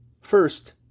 First